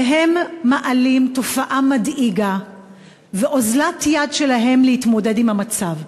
והם מעלים תופעה מדאיגה ואוזלת יד שלהם בהתמודדות עם המצב.